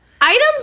Items